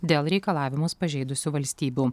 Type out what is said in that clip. dėl reikalavimus pažeidusių valstybių